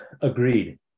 agreed